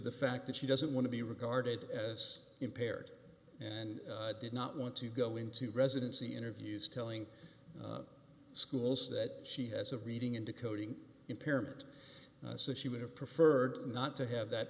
the fact that she doesn't want to be regarded as impaired and did not want to go into residency interviews telling schools that she has a reading and decoding impairment says she would have preferred not to have that